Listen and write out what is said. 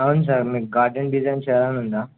అవును సార్ మీకు garden design చేయను ఉందా